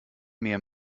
mehr